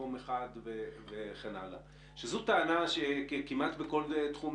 זו טענה שעולה כמעט בכל תחום,